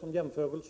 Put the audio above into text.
som jämförelse.